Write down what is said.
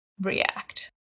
react